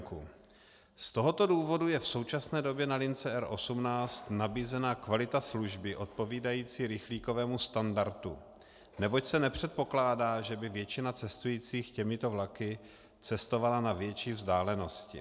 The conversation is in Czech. Z tohoto důvodu je v současné době na lince R18 nabízena kvalita služby odpovídající rychlíkovému standardu, neboť se nepředpokládá, že by většina cestujících těmito vlaky cestovala na větší vzdálenosti.